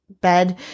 bed